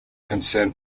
concern